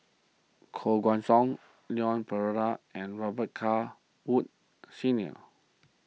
Koh Guan Song Leon Perera and Robet Carr Woods Senior